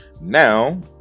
now